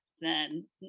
then-